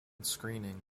screening